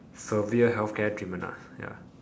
severe healthcare treatment ah ya